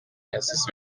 yazize